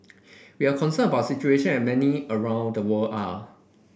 we are concerned about situation as many around the world are